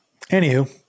Anywho